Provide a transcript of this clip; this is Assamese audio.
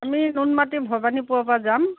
আমি নুনমাটি ভবানীপুৰৰ পৰা যাম